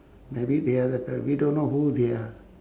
maybe the other ti~ we don't know who they are